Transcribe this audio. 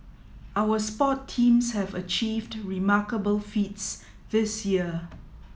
our sport teams have achieved remarkable feats this year